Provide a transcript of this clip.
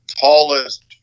tallest